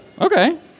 Okay